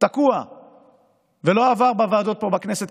תקוע ולא עבר בוועדות פה בכנסת,